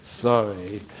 Sorry